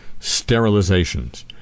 sterilizations